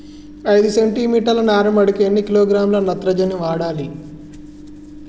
ఐదు సెంటి మీటర్ల నారుమడికి ఎన్ని కిలోగ్రాముల నత్రజని వాడాలి?